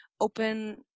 open